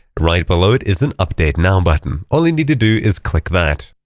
right below it is an update now button. all you need to do is click that.